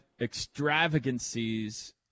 extravagancies